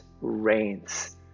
reigns